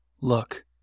Look